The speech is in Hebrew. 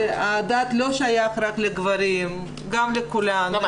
הדת לא שייכת רק לגברים, גם לכולם.